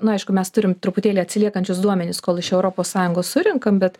na aišku mes turim truputėlį atsiliekančius duomenis kol iš europos sąjungos surenkam bet